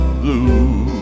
blue